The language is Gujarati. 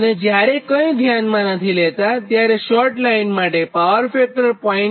અને જ્યારે કંઇ ધ્યાનમાં લેતાં નથી ત્યારે શોર્ટ લાઇન માટે પાવર ફેક્ટર 0